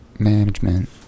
management